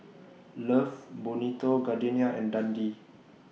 Love Bonito Gardenia and Dundee